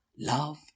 Love